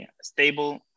stable